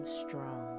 strong